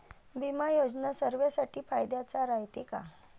बिमा योजना सर्वाईसाठी फायद्याचं रायते का?